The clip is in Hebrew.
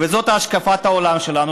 וזאת השקפת העולם שלנו,